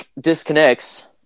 disconnects